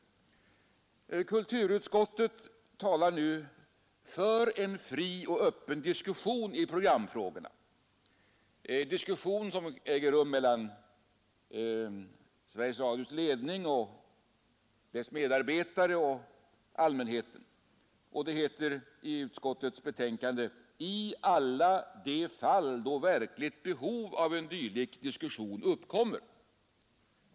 Kulturutskottet talar nu för en fri och öppen diskussion i programfrågorna, vilken skulle föras mellan Sveriges Radios ledning och medarbetare å ena och allmänheten å andra sidan — som det heter i betänkandet — ”i alla de fall då verkligt behov av en dylik diskussion uppkommer”.